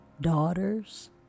daughters